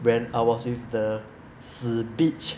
when I was with the 死 bitch